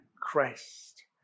Christ